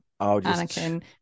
Anakin